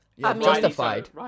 justified